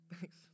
Thanks